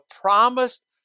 promised